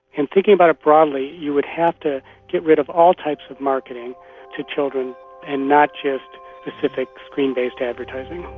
and thinking about it broadly, you would have to get rid of all types of marketing to children and not just specific screen-based advertising.